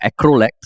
Acrolect